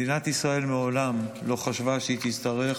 מדינת ישראל מעולם לא חשבה שתצטרך